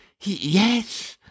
Yes